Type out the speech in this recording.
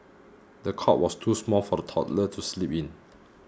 the cot was too small for the toddler to sleep in